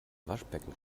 waschbecken